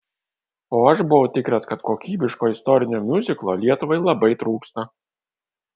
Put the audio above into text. o aš buvau tikras kad kokybiško istorinio miuziklo lietuvai labai trūksta